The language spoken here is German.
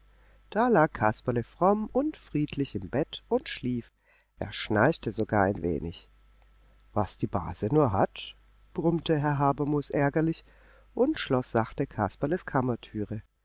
da lag kasperle fromm und friedlich im bett und schlief er schnarchte sogar ein wenig was die base nur hat brummte herr habermus ärgerlich und schloß sachte kasperles